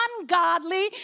ungodly